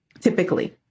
typically